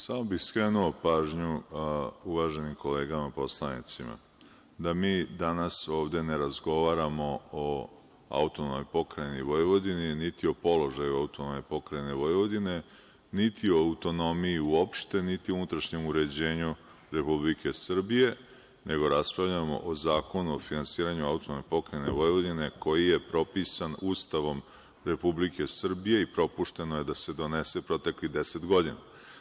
Samo bih skrenuo pažnju uvaženim kolegama poslanicima, da mi danas ovde ne razgovaramo o AP Vojvodini, niti o položaju AP Vojvodine, niti o autonomiji uopšte, niti o unutrašnjem uređenju Republike Srbije, nego raspravljamo o Zakonu o finansiranju AP Vojvodine, koji je propisan Ustavom Republike Srbije i propušteno je da se donese proteklih deset godina.